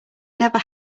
never